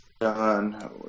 done